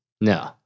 No